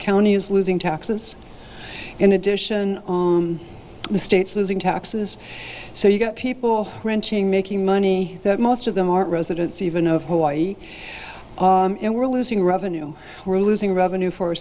county is losing taxes in addition to states losing taxes so you've got people wrenching making money that most of them aren't residents even of hawaii and we're losing revenue we're losing revenue for